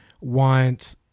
want